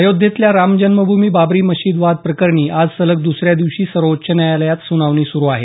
अयोध्येतल्या रामजन्मभूमी बाबरी मशीद वाद प्रकरणी आज सलग दुसऱ्या दिवशी सर्वोच्च न्यायालयात सुनावणी सुरू आहे